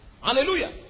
Hallelujah